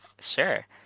Sure